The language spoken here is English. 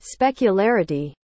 specularity